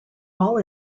all